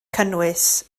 cynnwys